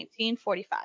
1945